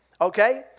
Okay